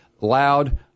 loud